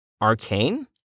Arcane